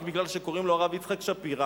רק כי קוראים לו הרב יצחק שפירא,